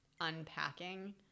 unpacking –